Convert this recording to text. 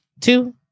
Two